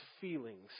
feelings